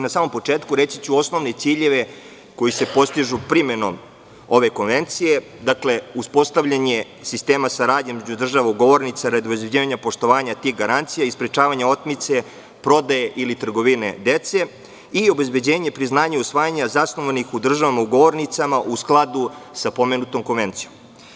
Na samom početku, reći ću osnovne ciljeve koji se postižu primenom ove konvencije, dakle, uspostavljanje sistema saradnje između država ugovornica radi obezbeđivanja poštovanja tih garancija i sprečavanja otmice, prodaje ili trgovine dece i obezbeđenje priznanja usvajanja, zasnovanih u državama ugovornicama u skladu sa pomenutom konvencijom.